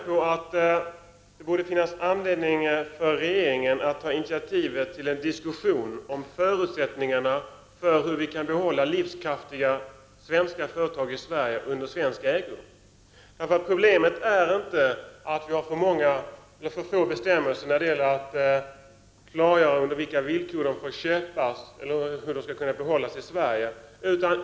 Men det borde finnas anledning för regeringen att ta initiativ till en diskussion om förutsättningarna för hur vi skall kunna behålla livskraftiga svenska företag i Sverige under svensk ägo. Problemet är inte att vi har för många eller för få bestämmelser när det gäller att klargöra under vilka villkor företag får köpas eller hur de skall kunna behållas i Sverige.